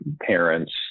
parents